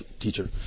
teacher